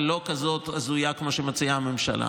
אבל לא כזאת הזויה כמו שמציעה הממשלה,